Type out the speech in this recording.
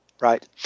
Right